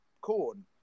corn